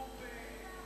חברי חברי הכנסת,